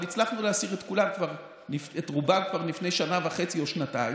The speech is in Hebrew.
אבל הצלחנו להסיר את רובם כבר לפני שנה וחצי או שנתיים,